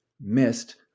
missed